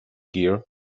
gear